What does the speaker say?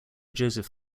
joseph